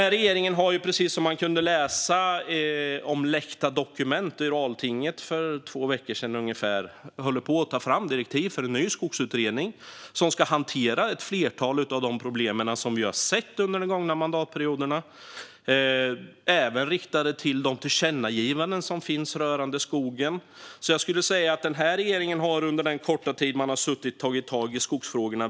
Precis som man kunde läsa i läckta dokument i Altinget för ungefär två veckor sedan håller regeringen på att ta fram direktiv för en ny skogsutredning som ska hantera ett flertal av de problem som vi har sett under de gångna mandatperioderna, även med koppling till de tillkännagivanden som finns rörande skogen. Jag skulle säga att regeringen under den korta tid den har suttit i hög grad har tagit tag i skogsfrågorna.